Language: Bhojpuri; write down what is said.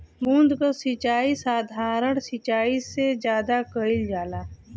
बूंद क सिचाई साधारण सिचाई से ज्यादा कईल जाला